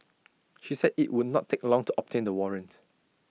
she said IT would not take long to obtain the warrant